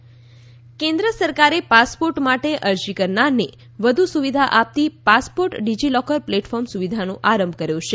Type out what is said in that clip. passport DigiLocker કેન્દ્ર સરકારે passport માટે અરજી કરનારને વધુ સુવિધા આપતી પાસપોર્ટ ડીજીલોકર પ્લેટફોર્મ સુવિધાનો આરંભ કર્યો છે